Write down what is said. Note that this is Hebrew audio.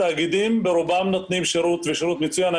התאגידים ברובם נותנים שירות, ושירות מצוין.